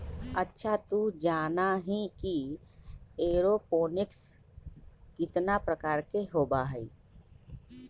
अच्छा तू जाना ही कि एरोपोनिक्स कितना प्रकार के होबा हई?